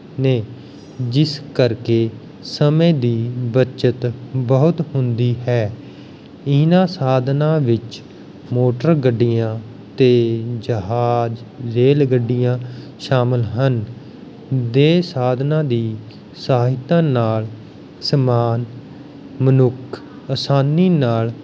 ਨੇ ਜਿਸ ਕਰਕੇ ਸਮੇਂ ਦੀ ਬੱਚਤ ਬਹੁਤ ਹੁੰਦੀ ਹੈ ਇਹਨਾਂ ਸਾਧਨਾਂ ਵਿੱਚ ਮੋਟਰ ਗੱਡੀਆਂ ਅਤੇ ਜਹਾਜ਼ ਰੇਲ ਗੱਡੀਆਂ ਸ਼ਾਮਿਲ ਹਨ ਦੇ ਸਾਧਨਾਂ ਦੀ ਸਹਾਇਤਾ ਨਾਲ਼ ਸਮਾਨ ਮਨੁੱਖ ਅਸਾਨੀ ਨਾਲ਼